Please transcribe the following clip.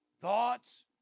Thoughts